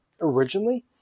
originally